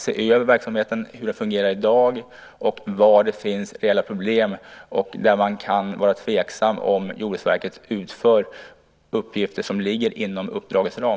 se över verksamheten, se hur den fungerar i dag och vad det finns för problem samt var man kan vara tveksam till om Jordbruksverket utför uppgifter som ligger inom uppdragets ram?